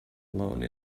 alone